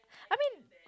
I mean